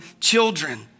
children